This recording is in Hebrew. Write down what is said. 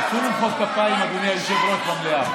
תשמעו, בואו נרגיע קצת את הדיון.